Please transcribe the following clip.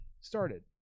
started